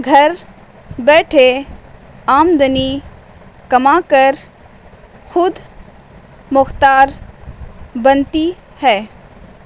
گھر بیٹھے آمدنی کما کر خود مختار بنتی ہے